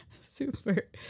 super